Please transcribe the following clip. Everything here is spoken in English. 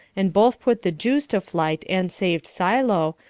and both put the jews to flight and saved silo,